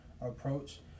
approach